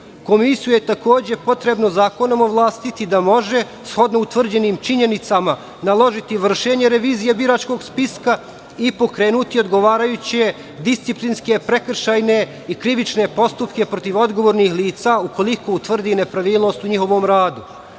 Komisiju je, takođe, potrebno zakonom ovlastiti da može shodno utvrđenim činjenicama naložiti vršenje revizije biračkog spiska i pokrenuti odgovarajuće disciplinske, prekršajne i krivične postupke protiv odgovornih lica ukoliko utvrdi nepravilnost u njihovom radu. Da